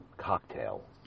cocktail